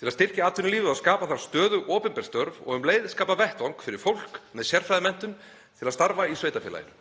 til að styrkja atvinnulífið og skapa þar stöðug opinber störf og um leið skapa vettvang fyrir fólk með sérfræðimenntun til að starfa í sveitarfélaginu.